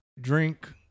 drink